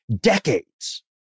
decades